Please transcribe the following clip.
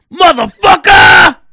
motherfucker